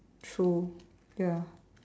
true ya